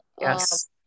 yes